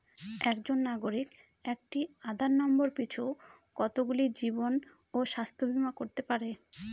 একজন নাগরিক একটি আধার নম্বর পিছু কতগুলি জীবন ও স্বাস্থ্য বীমা করতে পারে?